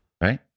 Right